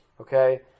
okay